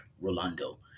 Rolando